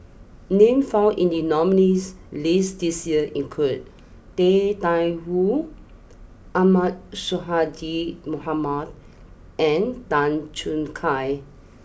names found in the nominees' list this year include Tang Da Wu Ahmad Sonhadji Mohamad and Tan Choo Kai